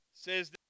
Says